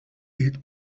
eat